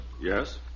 Yes